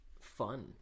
fun